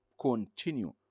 continue